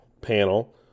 panel